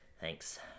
Thanks